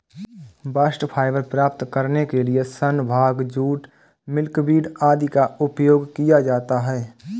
bast fibre प्राप्त करने के लिए सन, भांग, जूट, मिल्कवीड आदि का उपयोग किया जाता है